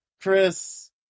Chris